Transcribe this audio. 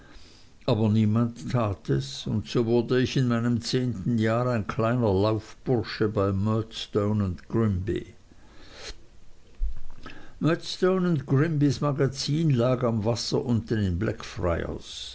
aber niemand tat es und so wurde ich in meinem zehnten jahr ein kleiner laufbursche bei murdstone grinby murdstone grinbys magazin lag am wasser unten in